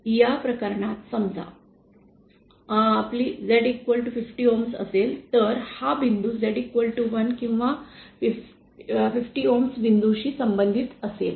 या प्रकरणात समजा आमची Z50 Ohms असेल तर हा बिंदू Z1किंवा 50 Ohms बिंदूशी संबंधित असेल